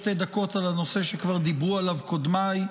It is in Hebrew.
שתי דקות על הנושא שכבר דיברו עליו קודמיי,